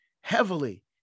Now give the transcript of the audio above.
heavily